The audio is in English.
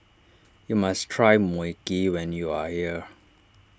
you must try Mui Kee when you are here